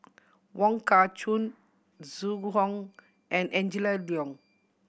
Wong Kah Chun Zhu Hong and Angela Liong